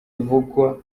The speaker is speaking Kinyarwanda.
ivugwa